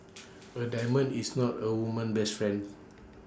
A diamond is not A woman's best friend